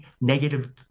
negative